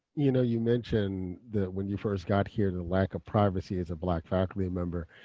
you know you mentioned that when you first got here, the lack of privacy as a black faculty member.